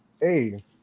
hey